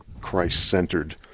Christ-centered